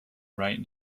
write